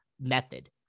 method